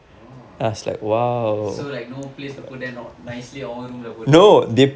oh so like no place to put then nicely உன்:un room இல்ல போட்டு:illa pottu